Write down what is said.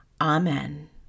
Amen